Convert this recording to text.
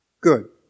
good